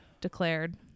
declared